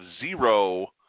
zero